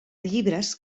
llibres